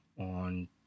on